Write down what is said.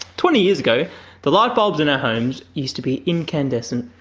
twenty years ago the light bulbs in our homes used to be incandescent.